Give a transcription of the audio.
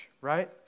right